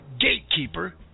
gatekeeper